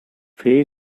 very